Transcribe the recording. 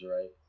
right